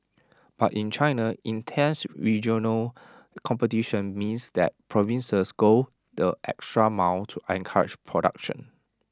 but in China intense regional competition means that provinces go the extra mile to encourage production